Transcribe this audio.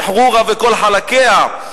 "שחרורה" וכל חלקיה,